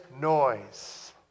noise